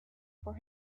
for